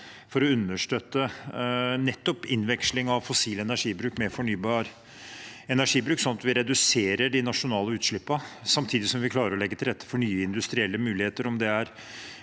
for å understøtte innveksling av fossil energibruk med fornybar energibruk. Slik reduserer vi de nasjonale utslippene samtidig som vi klarer å legge til rette for nye industrielle muligheter